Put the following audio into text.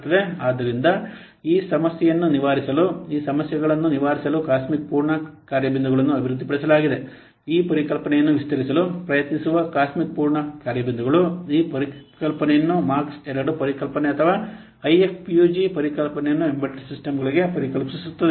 ಆದ್ದರಿಂದ ಈ ಸಮಸ್ಯೆಯನ್ನು ನಿವಾರಿಸಲು ಈ ಸಮಸ್ಯೆಗಳನ್ನು ನಿವಾರಿಸಲು ಕಾಸ್ಮಿಕ್ ಪೂರ್ಣ ಕಾರ್ಯ ಬಿಂದುಗಳನ್ನು ಅಭಿವೃದ್ಧಿಪಡಿಸಲಾಗಿದೆ ಇದು ಈ ಪರಿಕಲ್ಪನೆಯನ್ನು ವಿಸ್ತರಿಸಲು ಪ್ರಯತ್ನಿಸುವ ಕಾಸ್ಮಿಕ್ ಪೂರ್ಣ ಕಾರ್ಯ ಬಿಂದುಗಳು ಈ ಪರಿಕಲ್ಪನೆಯನ್ನು ಮಾರ್ಕ್ II ಪರಿಕಲ್ಪನೆ ಅಥವಾ ಐಎಫ್ಪಿಯುಜಿ ಪರಿಕಲ್ಪನೆಯನ್ನು ಎಂಬೆಡೆಡ್ ಸಿಸ್ಟಮ್ಗಳಿಗೆ ಪರಿಕಲ್ಪಿಸುತ್ತದೆ